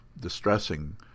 distressing